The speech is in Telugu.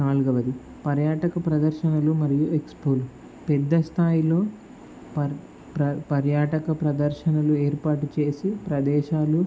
నాలుగవది పర్యాటక ప్రదర్శనలు మరియు ఎక్స్పో పెద్ద స్థాయిలో పర్యాటక ప్రదర్శనలు ఏర్పాటు చేసి ప్రదేశాలు